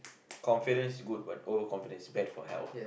confidence is good what old confidence bad for health